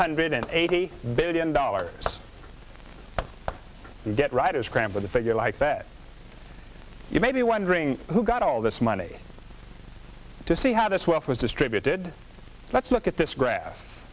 hundred eighty billion dollars in debt writers crammed with a figure like that you may be wondering who got all this money to see how this wealth was distributed let's look at this gra